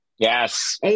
Yes